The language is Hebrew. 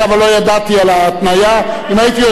גברתי היושבת-ראש, כנסת נכבדה, מי שמכיר אותי